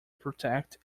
protect